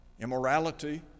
immorality